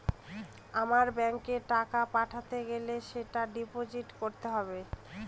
আমার ব্যাঙ্কে টাকা পাঠাতে গেলে সেটা ডিপোজিট করতে হবে